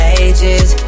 ages